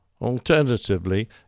Alternatively